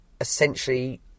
essentially